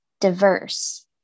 diverse